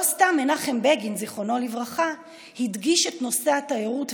לא סתם מנחם בגין זיכרונו לברכה הדגיש את נושא התיירות,